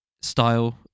style